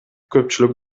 көпчүлүк